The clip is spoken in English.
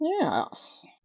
Yes